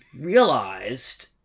realized